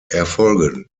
erfolgen